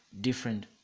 different